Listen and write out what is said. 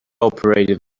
operated